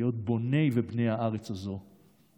להיות בוני ובני הארץ הזאת.